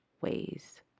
ways